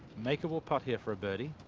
makeable put here for birdie.